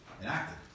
enacted